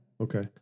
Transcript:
Okay